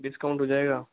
discount हो जायेगा